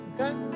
Okay